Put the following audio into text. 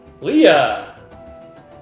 Leah